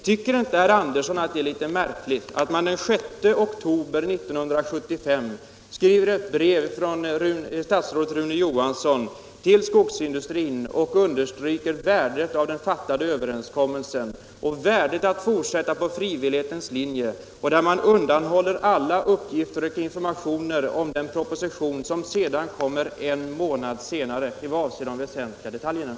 Tycker inte herr Andersson att det är märkligt att statsrådet Rune Johansson den 6 oktober 1975 skrev ett brev till skogsindustrin och underströk värdet av den träffade överenskommelsen och värdet av att fortsätta på frivillighetens väg och därvid undanhöll alla väsentliga uppgifter och informationer om den proposition som skulle framläggas en månad senare?